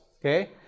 okay